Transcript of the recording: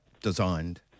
designed